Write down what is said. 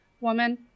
Woman